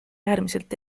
äärmiselt